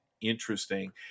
interesting